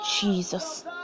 jesus